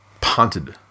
punted